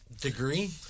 degree